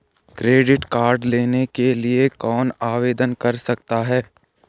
Credit card लेने के लिए कौन आवेदन कर सकता है?